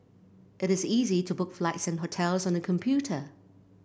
it is easy to book flights and hotels on the computer